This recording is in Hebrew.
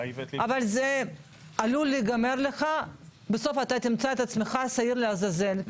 אבל זה עלול להיגמר לך בסוף אתה תמצא את עצמך שעיר לעזאזל,